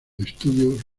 estudios